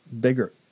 bigger